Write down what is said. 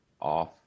off